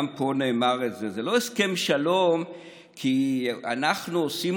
גם פה זה נאמר: זה לא הסכם שלום כי אנחנו עושים